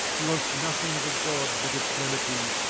he wants nothing of a god but eternity,